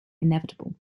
inevitable